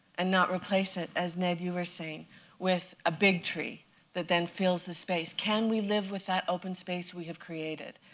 and not replace it as ned, you were saying with a big tree that then fills the space? can we live with that open space we have created,